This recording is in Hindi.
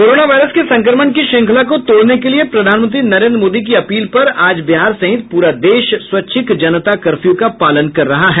कोरोना वायरस के संक्रमण की श्रंखला को तोड़ने के लिए प्रधानमंत्री नरेन्द्र मोदी की अपील पर आज बिहार सहित पूरा देश स्वैच्छिक जनता कर्फ्यू का पालन कर रहा है